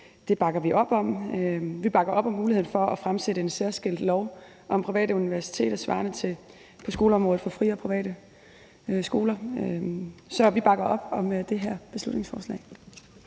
det bakker vi op om. Vi bakker op om muligheden for at fremsætte forslag om en særskilt lov om private universiteter svarende til det på skoleområdet for frie og private skoler. Så vi bakker op om det her beslutningsforslag.